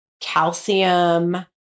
calcium